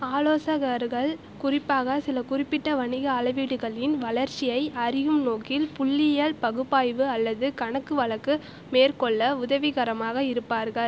ஆலோசகர்கள் குறிப்பாக சில குறிப்பிட்ட வணிக அளவீடுகளின் வளர்ச்சியை அறியும் நோக்கில் புள்ளியியல் பகுப்பாய்வு அல்லது கணக்கு வழக்கு மேற்கொள்ள உதவிகரமாக இருப்பார்கள்